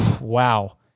wow